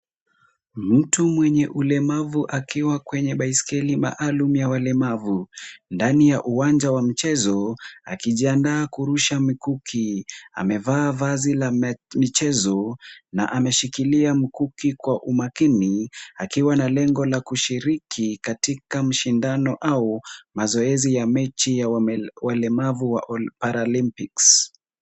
Mtu mwenye ulemavu akiwa kwenye baiskeli maalumu ya walemavu, ndani ya uwanja wa mchezo, akijiandaa kurusha mikuki. Amevaa vazi la michezo na ameshikilia mkuki kwa umakini, akiwa na lengo la kushiriki katika mshindano au mazoezi ya mechi ya walemavu wa paralympics .